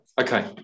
Okay